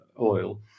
oil